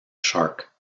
shark